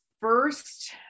first